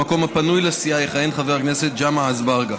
במקום הפנוי לסיעה יכהן חבר הכנסת ג'מעה אזברגה.